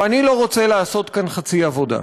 ואני לא רוצה לעשות כאן חצי עבודה,